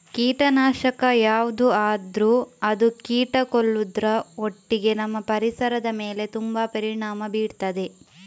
ಕೀಟನಾಶಕ ಯಾವ್ದು ಆದ್ರೂ ಅದು ಕೀಟ ಕೊಲ್ಲುದ್ರ ಒಟ್ಟಿಗೆ ನಮ್ಮ ಪರಿಸರದ ಮೇಲೆ ತುಂಬಾ ಪರಿಣಾಮ ಬೀರ್ತದೆ